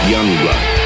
Youngblood